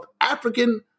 African